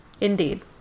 Indeed